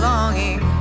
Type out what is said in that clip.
Longing